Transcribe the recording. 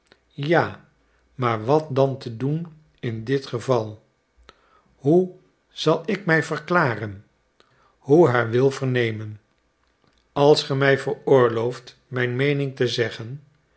ja maar wat dan te doen in dit geval hoe zal ik mij verklaren hoe haar wil vernemen als ge mij veroorlooft mijn meening te zeggen